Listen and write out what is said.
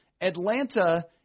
Atlanta